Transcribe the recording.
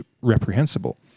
reprehensible